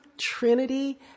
Trinity